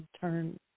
turn